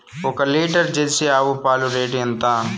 ఒక litre Jersey ఆవు పాలు రేటు ఎంత?